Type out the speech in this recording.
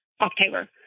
October